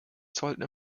sollten